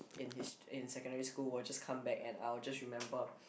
in his~ in secondary school will just come back and I will just remember